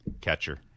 catcher